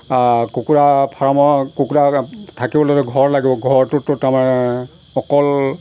কুকুৰা ফাৰ্মৰ কুকুৰা থাকিবলৈ ঘৰ লাগিব ঘৰটোতো তাৰমানে অকল